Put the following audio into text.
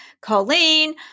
Colleen